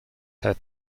have